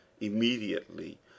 immediately